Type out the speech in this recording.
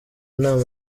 nama